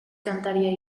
kantaria